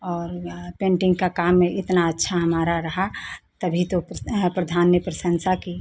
और यह पेन्टिन्ग का काम यह इतना अच्छा हमारा रहा तभी तो प्रधान ने प्रशंसा की